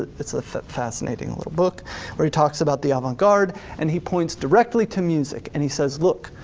it's a fascinating little book where he talks about the avant-garde and he points directly to music and he says, look,